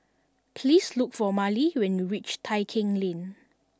please look for Marlee when you reach Tai Keng Lane